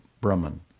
Brahman